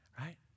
right